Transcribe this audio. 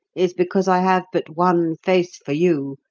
is because i have but one face for you,